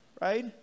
Right